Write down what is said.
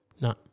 No